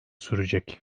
sürecek